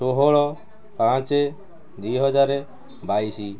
ଷୋହଳ ପାଞ୍ଚ ଦୁଇ ହଜାର ବାଇଶି